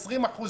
20%,